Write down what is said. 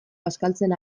bazkaltzen